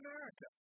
America